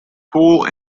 pool